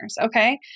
Okay